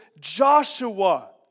Joshua